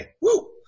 Woo